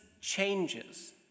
changes